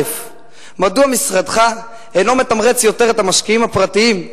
1. מדוע משרדך אינו מתמרץ יותר את המשקיעים הפרטיים,